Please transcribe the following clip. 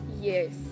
Yes